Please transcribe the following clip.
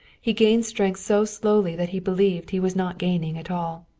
he gained strength so slowly that he believed he was not gaining at all.